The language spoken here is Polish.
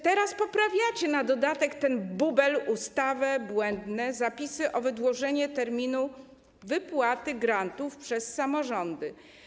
Teraz poprawiacie na dodatek ten bubel, ustawę, błędne zapisy o wydłużeniu terminu wypłaty grantów przez samorządy.